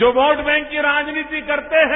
जो vote bank की राजनीति करते हैं